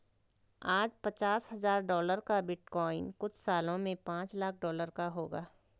आज पचास हजार डॉलर का बिटकॉइन कुछ सालों में पांच लाख डॉलर का होगा